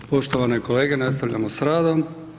Poštovane kolege nastavljamo sa radom.